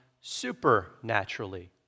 supernaturally